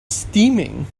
steaming